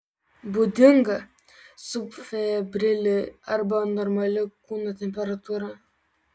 būdinga subfebrili arba normali kūno temperatūra